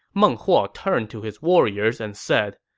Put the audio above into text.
meng huo turned to his warriors and said,